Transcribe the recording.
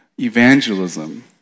evangelism